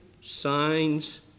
signs